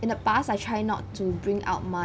in the past I try not to bring out my